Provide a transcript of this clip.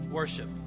Worship